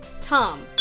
Tom